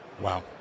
Wow